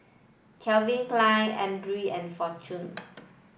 Calvin Klein Andre and Fortune